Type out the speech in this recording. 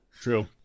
True